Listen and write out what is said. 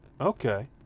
Okay